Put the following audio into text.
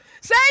Say